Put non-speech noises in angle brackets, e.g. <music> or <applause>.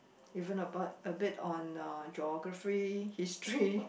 even uh a bit on uh Geography <breath> History